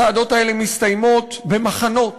הצעדות האלה מסתיימות במחנות.